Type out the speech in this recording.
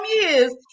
years